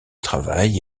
travail